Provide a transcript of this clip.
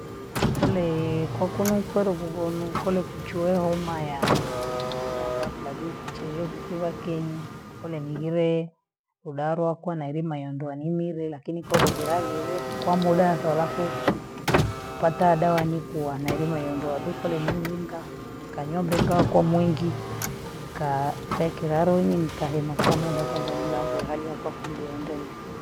Kulee kwakuno kweli bhubhono kule kucheo omayaa iyaga ladukuchele kukibhakeni, kule niile, udarwako nailima yendoa nibhebhe, lakini kole hilagiwee, kwa mudatha alafu, ipata adawa nikuwa nailimoengela dhukule nimlinga, nikanywa mlinga akwa mwingi, nikaa wekilaloinyimka nkahema kwa muda kwanza ni lambo hali yakuwa fundi waendelea.